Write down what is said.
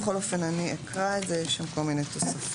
אני אקריא, יש שם כול מיני תוספות.